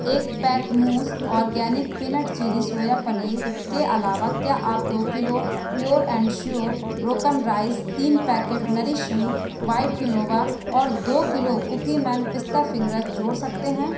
एक pack Mooz organic peanut chilli soya paneer के अलावा क्या आप दो kilo pure and sure broken rice तीन packet nourish you white quinoa और दो किलो कुकीमैन पिस्ता फिंगरेज़ जोड़ सकते हैं